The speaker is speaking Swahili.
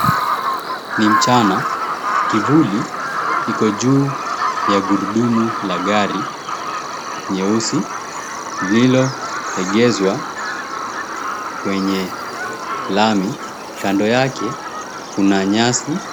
Ni mchana kivuli kiko juu ya gurudumu la gari leusi lililoegezwa kwenye lami kando yake kuna nyasi.